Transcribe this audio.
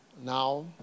Now